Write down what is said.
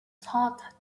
thought